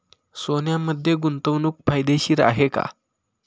सोन्यामध्ये गुंतवणूक फायदेशीर आहे का?